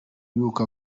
y’uko